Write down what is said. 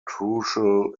crucial